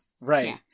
Right